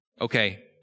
Okay